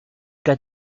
qu’a